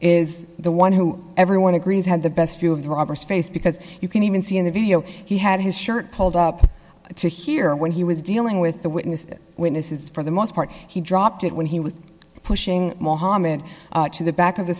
is the one who everyone agrees had the best view of the robbers face because you can even see in the video he had his shirt pulled up to here when he was dealing with the witness witnesses for the most part he dropped it when he was pushing mohammad to the back of the